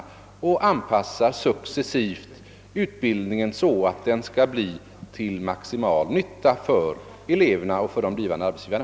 Utbildningen anpassas successivt så, att den skall bli till maximal nytta för både eleverna och de blivande arbetsgivarna.